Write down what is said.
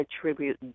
attribute